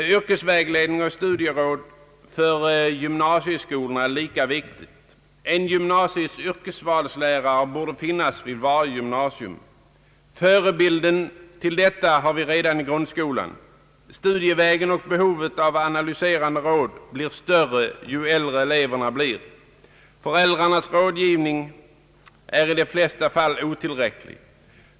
Yrkesvägledningen och studieråd för gymnasieskolorna är lika viktig. En gymnasiets yrkesvalslärare borde finnas vid varje gymnasium. Förebilden till detta har vi redan i grundskolan. Studievägen och behovet av analyserande råd blir större ju äldre eleverna blir. Föräldrarnas rådgivning är i de flesta fall otillräcklig.